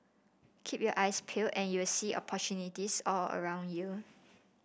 keep your eyes peel and you will see opportunities are all around you